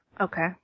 Okay